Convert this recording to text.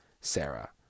Sarah